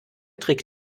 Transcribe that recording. trick